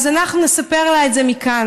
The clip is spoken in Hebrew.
אז אנחנו נספר לה את זה מכאן.